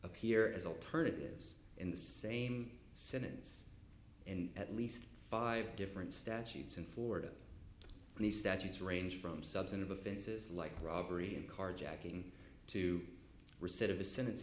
appear as alternatives in the same sentence and at least five different statutes in florida and these statutes range from substantive offenses like robbery and carjacking to reset of a sentence